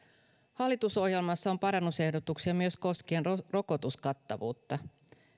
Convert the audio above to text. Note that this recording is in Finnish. hallitusohjelmassa on parannusehdotuksia myös koskien rokotuskattavuutta